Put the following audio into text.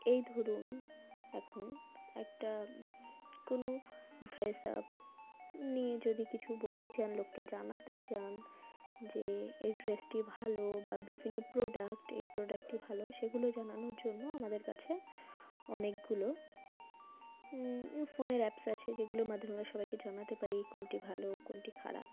এই ধরুন এখন একটা কোনো ড্রেস আপ নিয়ে যদি কিছু বলতে চান লোককে জানাতে চান যে এই ড্রেসটি ভালো বা বিভিন্ন প্রোডাক্ট এই প্রোডাক্টটি ভালো সেগুলো জানানোর জন্য আমাদের কাছে অনেকগুলো ফোনের অ্যাপস আছে যেগুলোর মাধ্যমে আমরা সবাইকে জানাতে পারি কোনটি ভালো কোনটি খারাপ